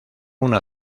una